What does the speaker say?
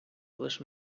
лиш